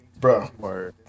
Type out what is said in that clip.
Bro